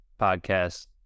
podcast